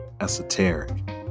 esoteric